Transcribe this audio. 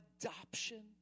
adoption